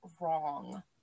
wrong